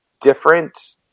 different